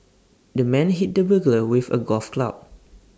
the man hit the burglar with A golf club